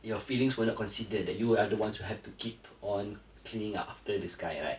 your feelings were not considered that you will are the ones who have to keep on cleaning up after this guy right